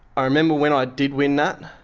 i remember when i did win that,